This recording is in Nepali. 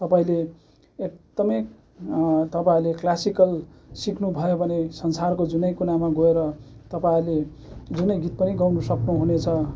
तपाईँले एकदमै तपाईँहरूले क्लासिकल सिक्नुभयो भने संसारको जुनै कुनामा गएर तपाईँहरूले जुनै गीत पनि गाउन सक्नु हुनेछ